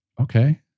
okay